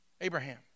Abraham